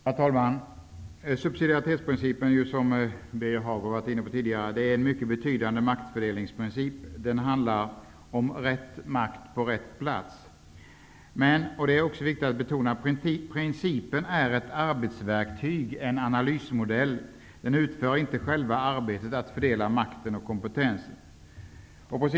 Herr talman! Subsidiaritetsprincipen, som Birger Hagård varit inne på tidigare, är en mycket betydande maktfördelningsprincip; den handlar om rätt makt på rätt plats. Men -- det är viktigt att betona -- principen är ett arbetsverktyg, en analysmodell. Den utför inte själva arbetet att fördela makten och kompetensen.